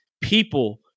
people